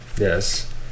Yes